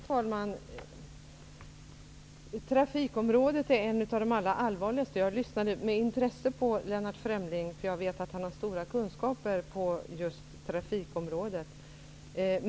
Herr talman! Trafikområdet är ett av de viktigaste områdena. Jag lyssnade med intresse på Lennart Fremling, för jag vet att han har stora kunskaper just på trafikområdet.